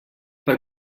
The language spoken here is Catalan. per